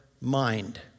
mind